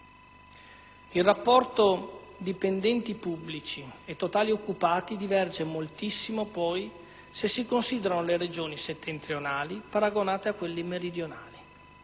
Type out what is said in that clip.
Il rapporto tra dipendenti pubblici e totali occupati diverge moltissimo se si paragonano le Regioni settentrionali a quelle meridionali: